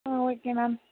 ah okay ma'am